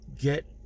get